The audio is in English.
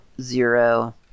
zero